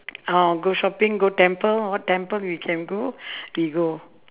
oh go shopping go temple oh temple we can go we go